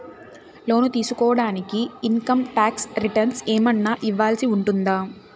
లోను తీసుకోడానికి income tax returns ఏమన్నా ఇవ్వాల్సి ఉంటుందా